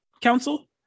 council